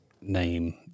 name